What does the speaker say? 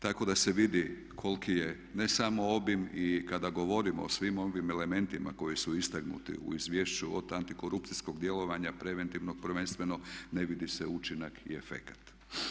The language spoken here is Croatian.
Tako da se vidi koliki je ne samo obim i kada govorimo o svim ovim elementima koji su istaknuti u izvješću od antikorupcijskog djelovanja, preventivnog prvenstveno ne vidi se učinak i efekat.